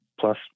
plus